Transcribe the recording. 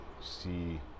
see